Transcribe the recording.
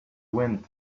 wind